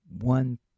one